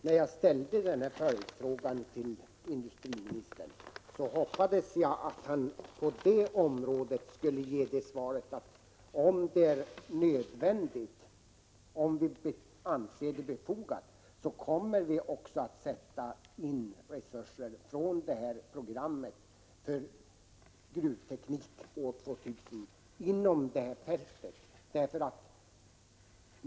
När jag ställde följdfrågan till industriministern hoppades jag att han skulle ge det svaret, att om det är nödvändigt, om vi anser det befogat, kommer vi också att sätta in resurser från programmet Gruvteknik 2000 inom Rappenfältet.